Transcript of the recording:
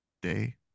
day